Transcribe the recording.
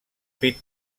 pit